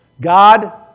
God